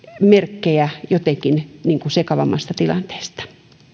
merkkejä jotenkin sekavammasta tilanteesta